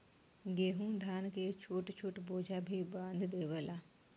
गेंहू धान के छोट छोट बोझा भी बांध देवला